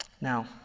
Now